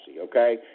okay